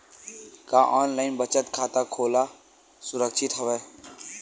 का ऑनलाइन बचत खाता खोला सुरक्षित हवय?